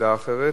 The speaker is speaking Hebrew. עמדה אחרת.